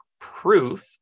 proof